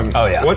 and oh yeah! but